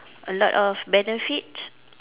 a lot of benefits